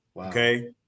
Okay